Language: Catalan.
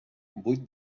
vuit